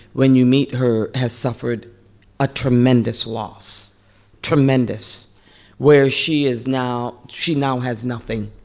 when you meet her, has suffered a tremendous loss tremendous where she is now she now has nothing.